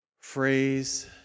phrase